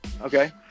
Okay